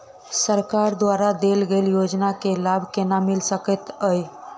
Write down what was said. सरकार द्वारा देल गेल योजना केँ लाभ केना मिल सकेंत अई?